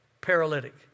paralytic